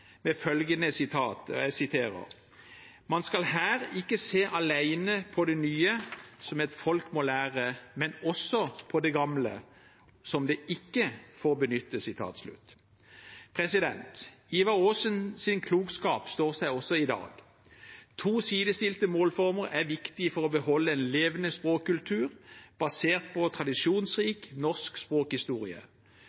Man skal her ikke se alene på det nye som et folk må lære, men også på det gamle som det ikke får benytte. Ivar Aasens klokskap står seg også i dag. To sidestilte målformer er viktig for å beholde en levende språkkultur basert på